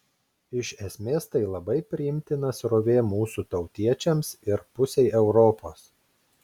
iš esmės tai labai priimtina srovė mūsų tautiečiams ir pusei europos